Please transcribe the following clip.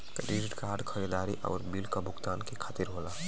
credit card खरीदारी आउर bill क भुगतान के खातिर होला